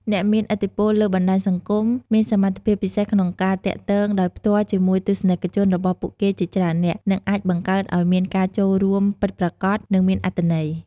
អ្នកមានឥទ្ធិពលលើបណ្ដាញសង្គម មានសមត្ថភាពពិសេសក្នុងការទាក់ទងដោយផ្ទាល់ជាមួយទស្សនិកជនរបស់ពួកគេជាច្រើននាក់ និងអាចបង្កើតឱ្យមានការចូលរួមពិតប្រាកដ និងមានអត្ថន័យ។